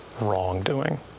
wrongdoing